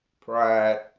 pride